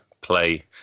play